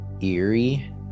eerie